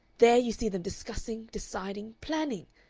there you see them discussing, deciding, planning!